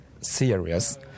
serious